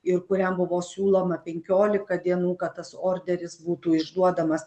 ir kuriam buvo siūloma penkiolika dienų kad tas orderis būtų išduodamas